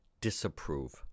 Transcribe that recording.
disapprove